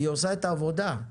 עושה את העבודה.